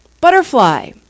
Butterfly